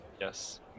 yes